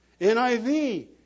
NIV